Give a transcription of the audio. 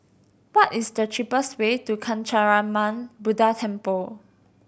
what is the cheapest way to Kancanarama Buddha Temple